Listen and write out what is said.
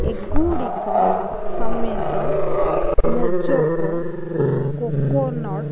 ଏଗୁଡ଼ିକ ସମେତ ମୋଜୋକୋ କୋକୋନଟ୍